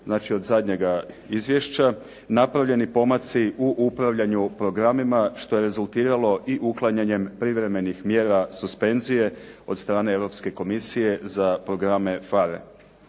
znači od zadnjega izvješća, napravljeni pomaci u upravljanju programima, što je rezultiralo i uklanjanjem privremenih mjera suspenzije od strane Europske komisije za programe FAR.